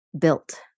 built